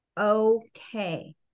okay